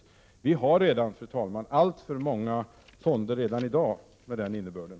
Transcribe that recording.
Vi har redan i dag alltför många fonder med den målsättningen.